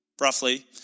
roughly